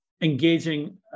engaging